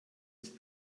ist